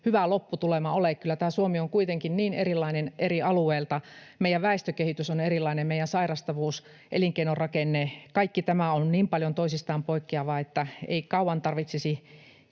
hyvä lopputulema ole. Kyllä tämä Suomi on kuitenkin niin erilainen eri alueilta. Meidän väestökehitys on erilainen, meidän sairastavuus, elinkeinorakenne. Kaikki tämä on niin paljon toisistaan poikkeavaa, että ei tarvitsisi